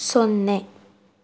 ಸೊನ್ನೆ